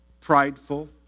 prideful